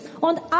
Und